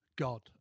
god